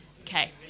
Okay